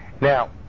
Now